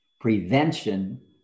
prevention